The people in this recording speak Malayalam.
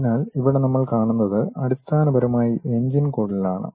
അതിനാൽ ഇവിടെ നമ്മൾ കാണുന്നത് അടിസ്ഥാനപരമായി എഞ്ചിൻ കുഴലാണ്